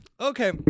Okay